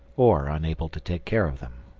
or unable to take care of them.